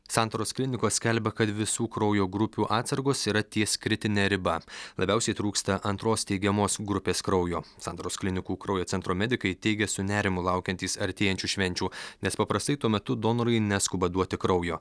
santaros klinikos skelbia kad visų kraujo grupių atsargos yra ties kritine riba labiausiai trūksta antros teigiamos grupės kraujo santaros klinikų kraujo centro medikai teigia su nerimu laukiantys artėjančių švenčių nes paprastai tuo metu donorai neskuba duoti kraujo